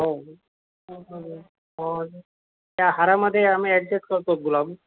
हो हो त्या हारामध्ये आम्ही ॲडजेस्ट करतो गुलाब